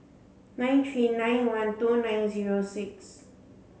nine three nine one two nine zero six